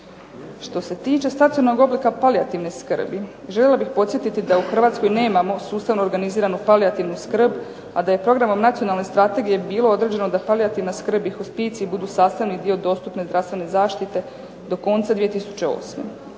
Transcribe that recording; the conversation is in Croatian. Što se tiče stacionog ... palijativne skrbi, željela bih podsjetiti da u Hrvatskoj nemamo sustavno organiziranu palijativnu skrb a da je programom nacionalne strategije bilo određeno da palijativna skrb i hospicij budu sastavni dio dostupne zdravstvene zaštite do konca 2008.